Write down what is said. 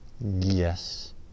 Yes